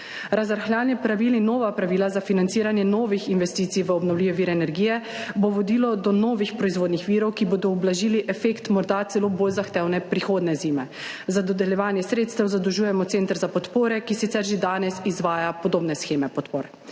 Razrahljanje pravil in nova pravila za financiranje novih investicij v obnovljive vire energije bo vodilo do novih proizvodnih virov, ki bodo ublažili efekt morda celo bolj zahtevne prihodnje zime. Za dodeljevanje sredstev zadolžujemo Center za podpore, ki sicer že danes izvaja podobne sheme podpor.